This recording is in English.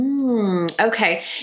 Okay